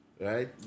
Right